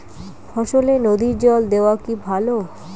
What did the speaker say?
ফসলে নদীর জল দেওয়া কি ভাল?